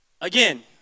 again